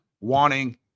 wanting